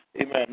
Amen